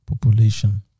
Population